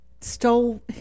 stole